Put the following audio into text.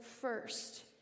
first